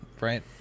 right